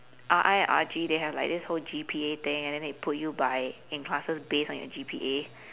R_I and R_G they have like this whole G_P_A thing and then they put you by in classes based on your G_P_A